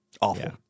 Awful